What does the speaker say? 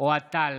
אוהד טל,